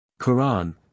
Quran